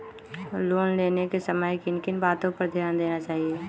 Loan लेने के समय किन किन वातो पर ध्यान देना चाहिए?